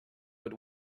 but